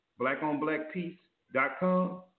blackonblackpeace.com